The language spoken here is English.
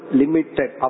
limited